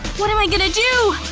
what am i going to do?